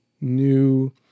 new